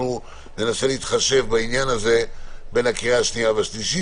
אנחנו ננסה להתחשב בעניין הזה בין הקריאה השנייה שלישית,